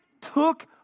took